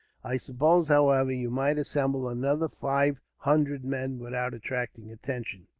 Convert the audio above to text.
i suppose, however, you might assemble another five hundred men, without attracting attention.